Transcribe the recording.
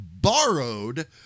borrowed